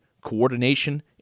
coordination